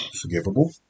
forgivable